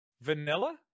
vanilla